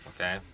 Okay